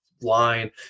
line